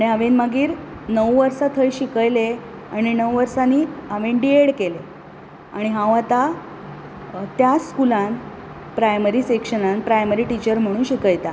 आनी हांवेन मागीर णव वर्सां थंय शिकयलें आनी णव वर्सांनी हांवें डीएड केलें आनी हांव आतां त्याच स्कुलान प्रायमरी सेक्शनांत प्रायमरी टिचर म्हण शिकयतां